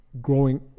growing